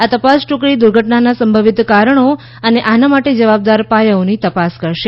આ તપાસ ટૂકડી દુર્ઘટનાના સંભવિત કારણો અને આના માટે જવાબદાર પાયાઓની તપાસ કરશે